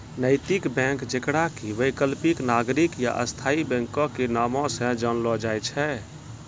नैतिक बैंक जेकरा कि वैकल्पिक, नागरिक या स्थायी बैंको के नामो से जानलो जाय छै